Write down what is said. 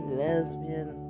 lesbian